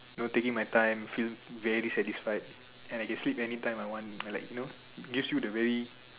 you know taking my time feel very satisfied and I can sleep anytime I want like you know gives you the very